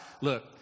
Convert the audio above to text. look